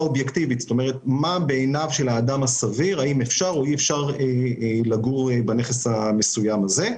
אובייקטיבית של האדם הסביר לגבי אם אפשר או אי אפשר לגור בנכס המסוים הזה.